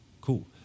Cool